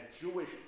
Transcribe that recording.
Jewish